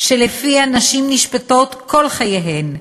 שלפיה נשים נשפטות כל חייהן.